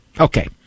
Okay